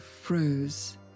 froze